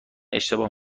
اشتباه